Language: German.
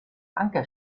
anker